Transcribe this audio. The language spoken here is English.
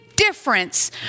difference